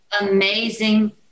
amazing